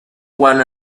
one